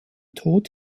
tod